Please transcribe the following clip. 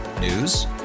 News